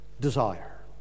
desire